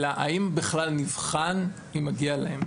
אלא האם בכלל נבחן כי מגיע להם.